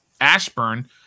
Ashburn